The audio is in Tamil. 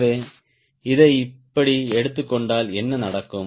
எனவே இதை இப்படி எடுத்துக் கொண்டால் என்ன நடக்கும்